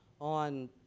on